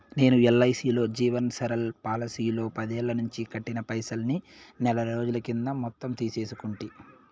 నేను ఎల్ఐసీలో జీవన్ సరల్ పోలసీలో పదేల్లనించి కట్టిన పైసల్ని నెలరోజుల కిందట మొత్తం తీసేసుకుంటి